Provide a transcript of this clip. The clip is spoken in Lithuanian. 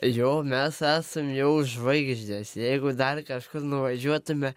jo mes esam jau žvaigždės jeigu dar kažkur nuvažiuotume